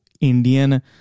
Indian